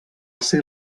ser